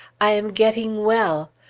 i am getting well!